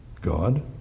God